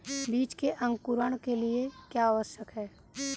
बीज के अंकुरण के लिए क्या आवश्यक है?